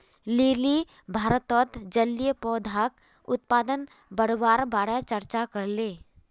lily भारतत जलीय पौधाक उत्पादन बढ़वार बारे चर्चा करले